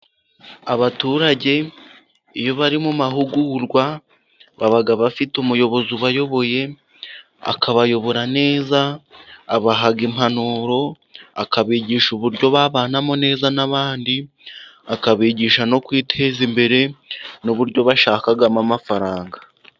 Abaturage iyo bari mu mahugurwa, baba Bafite umuyobozi ubayoboye, akabayobora neza abaha impanuro, akabigisha uburyo babanamo neza n'abandi, akabigisha no kwiteza imbere, n'uburyo bashakamo amafaranga.